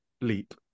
leap